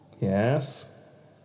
Yes